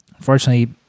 Unfortunately